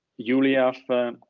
Julia